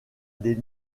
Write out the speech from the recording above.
des